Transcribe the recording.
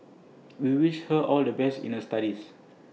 we wish her all the best in the studies